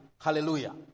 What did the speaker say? Hallelujah